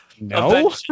No